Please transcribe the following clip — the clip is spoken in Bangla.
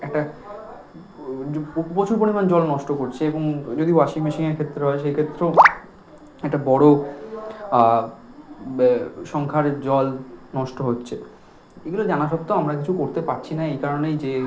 একটা প্রচুর পরিমাণ জল নষ্ট করছে এবং যদি ওয়াশিং মেশিনের ক্ষেত্রে হয় সেই ক্ষেত্রেও একটা বড় ব্যা সংখ্যার জল নষ্ট হচ্ছে এগুলো জানা সত্ত্বেও আমরা কিছু করতে পারছি না এই কারণেই যে